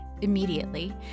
immediately